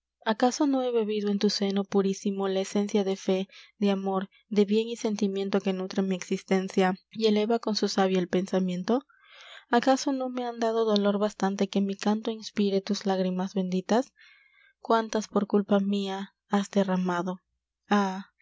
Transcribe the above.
acaso no he bebido en tu seno purísimo la esencia de fé de amor de bien y sentimiento que nutre mi existencia y eleva con su savia el pensamiento acaso no me han dado dolor bastante que mi canto inspire tus lágrimas benditas cuántas por culpa mia has derramado ah